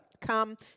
come